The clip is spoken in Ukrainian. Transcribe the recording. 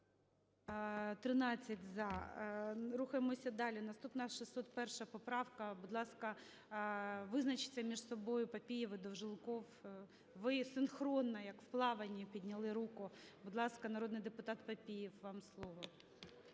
За-13 Рухаємося далі. Наступна 601 поправка. Будь ласка, визначтеся між собою – Папієв і Долженков. Ви синхронно, як у плаванні, підняли руку. Будь ласка, народний депутат Папієв, вам слово.